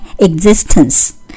existence